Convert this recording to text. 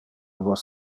vos